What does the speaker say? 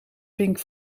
pink